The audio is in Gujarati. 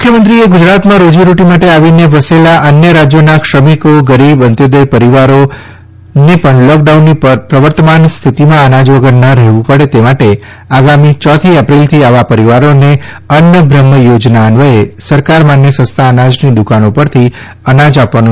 મુખ્યમંત્રીશ્રીએ ગુજરાતમાં રોજીરોટી માટે આવીને વસેલા અન્ય રાજ્યોના શ્રમિકો ગરીબ અંત્યોદય પરિવારો લોકોને પણ લોકડાઉનની પ્રવર્તમાન સ્થિતીમાં અનાજ વગર ન રહેવું પડે તે માટે આગામી યોથી એપ્રિલથી આવા પરિવારોને અન્નબ્રહ્મ યોજના અન્વયે સરકાર માન્ય સસ્તા અનાજની દુકાનો પરથી અનાજ અપાશે